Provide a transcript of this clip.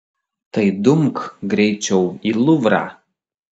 tai dumk greičiau į luvrą